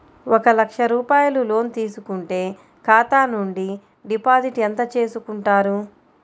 ఒక లక్ష రూపాయలు లోన్ తీసుకుంటే ఖాతా నుండి డిపాజిట్ ఎంత చేసుకుంటారు?